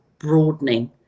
Broadening